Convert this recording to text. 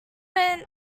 moment